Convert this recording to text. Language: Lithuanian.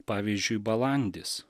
pavyzdžiui balandis